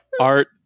art